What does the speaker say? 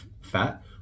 fat